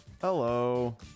hello